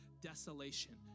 Desolation